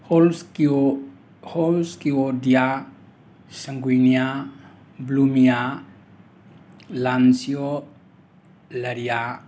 ꯍꯣꯝꯁꯀꯤꯌꯣ ꯍꯣꯝꯁꯀꯤꯌꯣꯗꯤꯌꯥ ꯁꯪꯒꯨꯏꯅꯤꯌꯥ ꯕ꯭ꯂꯨꯃꯤꯌꯥ ꯂꯥꯟꯁꯤꯌꯣ ꯂꯔꯤꯌꯥ